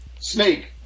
snake